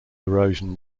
erosion